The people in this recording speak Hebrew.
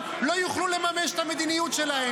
כי אתם לא נותנים לו קיזוז,